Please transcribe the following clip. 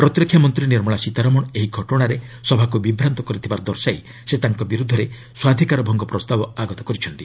ପ୍ରତିରକ୍ଷା ମନ୍ତ୍ରୀ ନିର୍ମଳା ସୀତାରମଣ ଏହି ଘଟଣାରେ ସଭାକୁ ବିଭ୍ରାନ୍ତ କରିଥିବା ଦର୍ଶାଇ ସେ ତାଙ୍କ ବିରୁଦ୍ଧରେ ସ୍ୱାଧିକାର ଭଙ୍ଗ ପ୍ରସ୍ତାବ ଆଗତ କରିଛନ୍ତି